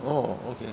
oh okay